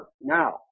now